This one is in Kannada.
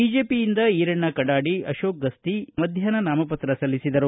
ಬಿಜೆಪಿಯಿಂದ ಈರಣ್ಣ ಕಡಾಡಿ ಅಕೋಕ್ ಗಸ್ತಿ ಮಧ್ಯಾಷ್ನ ನಾಮಪತ್ರ ಸಲ್ಲಿಸಿದರು